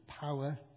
power